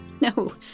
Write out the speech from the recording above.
No